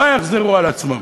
לא יחזרו על עצמם.